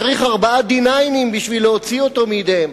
צריך ארבעה D-9 בשביל להוציא אותו מידיהם.